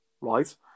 right